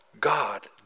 God